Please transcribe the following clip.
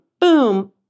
boom